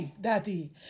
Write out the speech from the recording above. Daddy